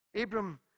Abram